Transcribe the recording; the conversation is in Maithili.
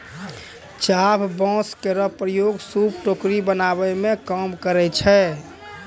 चाभ बांस केरो प्रयोग सूप, टोकरी बनावै मे काम करै छै